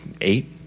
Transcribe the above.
eight